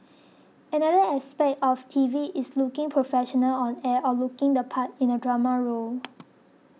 another aspect of T V is looking professional on air or looking the part in a drama role